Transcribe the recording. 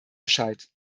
bescheid